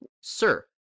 sir